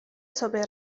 sobie